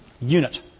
unit